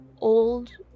old